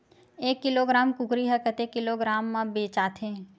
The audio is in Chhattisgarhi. एक किलोग्राम कुकरी ह कतेक किलोग्राम म बेचाथे?